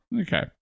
Okay